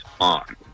on